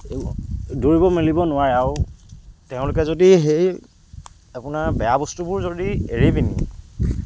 দৌৰিব মেলিব নোৱাৰে আৰু তেওঁলোকে যদি সেই আপোনাৰ বেয়া বস্তুবোৰ যদি এৰি পিনি